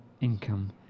income